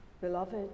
Beloved